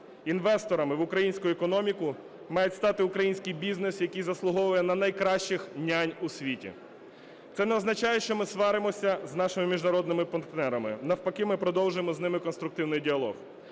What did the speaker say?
Інвесторами в українську економіку має стати український бізнес, який заслуговує на найкращих нянь у світі. Це не означає, що ми сваримося з нашими міжнародними партнерами, навпаки, ми продовжуємо з ними конструктивний діалог.